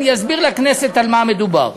אני אסביר לכנסת על מה מדובר.